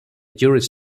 juris